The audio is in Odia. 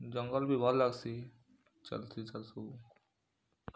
ଜଙ୍ଗଲ୍ ବି ଭଲ୍ ଲାଗ୍ସି